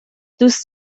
دوست